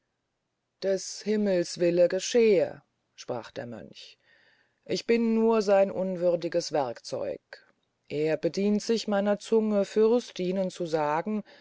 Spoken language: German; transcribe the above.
des himmels wille geschehe sprach der mönch ich bin nur sein unwürdiges werkzeug er bedient sich meiner zunge fürst ihnen zu sagen